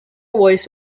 voice